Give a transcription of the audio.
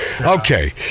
Okay